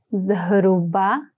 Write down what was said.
zhruba